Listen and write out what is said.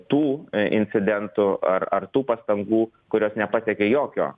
tų incidentų ar ar tų pastangų kurios nepasiekia jokio